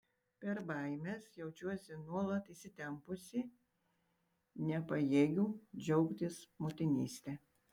per baimes jaučiuosi nuolat įsitempusi nepajėgiu džiaugtis motinyste